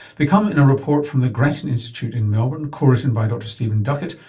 they come in a report from the grattan institute in melbourne, co-written by dr stephen duckett,